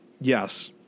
Yes